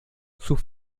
sus